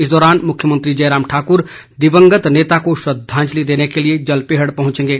इस दौरान मुख्यमंत्री जयराम ठाकुर दिवंगत नेता को श्रद्वांजलि देने के लिए जलपेहड़ पहंचेंगे